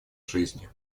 жизни